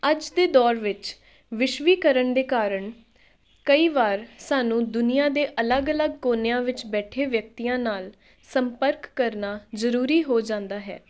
ਅੱਜ ਦੇ ਦੌਰ ਵਿੱਚ ਵਿਸ਼ਵੀਕਰਨ ਦੇ ਕਾਰਨ ਕਈ ਵਾਰ ਸਾਨੂੰ ਦੁਨੀਆਂ ਦੇ ਅਲੱਗ ਅਲੱਗ ਕੋਨਿਆਂ ਵਿੱਚ ਬੈਠੇ ਵਿਅਕਤੀਆਂ ਨਾਲ ਸੰਪਰਕ ਕਰਨਾ ਜ਼ਰੂਰੀ ਹੋ ਜਾਂਦਾ ਹੈ